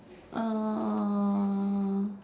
uh